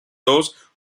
those